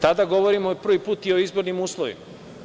Tada govorimo prvi put i o izbornim uslovima.